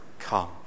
Come